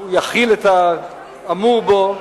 יחיל את האמור בו